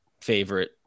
favorite